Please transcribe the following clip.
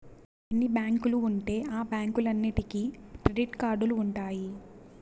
ఎన్ని బ్యాంకులు ఉంటే ఆ బ్యాంకులన్నీటికి క్రెడిట్ కార్డులు ఉంటాయి